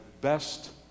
best